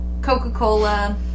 Coca-Cola